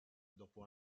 dopo